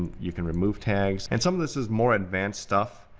you can remove tags. and some of this is more advanced stuff.